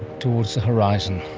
towards the horizon.